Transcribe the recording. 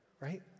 right